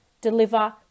deliver